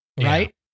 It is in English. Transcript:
right